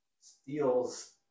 steals